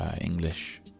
English